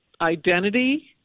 identity